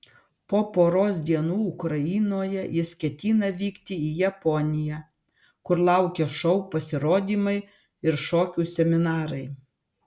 po poros dienų ukrainoje jis ketina vykti į japoniją kur laukia šou pasirodymai ir šokių seminarai